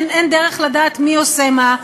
אין דרך לדעת מי עושה מה,